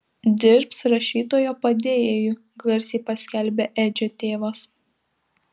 dirbs rašytojo padėjėju garsiai paskelbė edžio tėvas